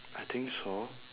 I think so